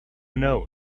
known